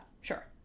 sure